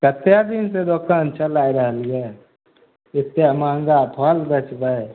कतेक दिन से दोकान चला रहली हइ एतेक महङ्गा फल बेचबै